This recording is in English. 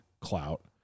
clout